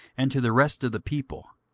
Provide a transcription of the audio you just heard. and to the rest of the people,